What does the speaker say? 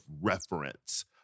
reference